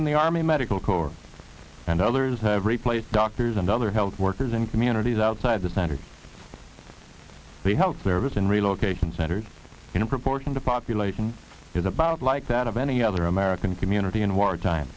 in the army medical corps and others have replaced doctors and other health workers in communities outside the center of the health service and relocation centers in proportion the population is about like that of any other american community in wartime